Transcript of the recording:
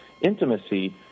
intimacy